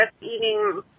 eating